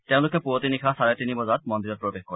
তেওঁলোকে পূৱতি নিশা চাৰে তিনি বজাত মন্দিৰত প্ৰৱেশ কৰে